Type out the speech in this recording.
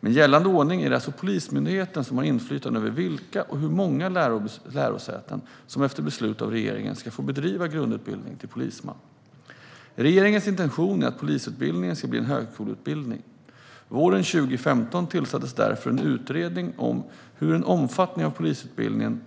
Med gällande ordning är det alltså Polismyndigheten som har inflytande över vilka och hur många lärosäten som efter beslut av regeringen ska få bedriva grundutbildning till polisman. Regeringens intention är att polisutbildningen ska bli en högskoleutbildning. Våren 2015 tillsattes därför en utredning om hur en omformning av polisutbildningen